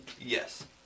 Yes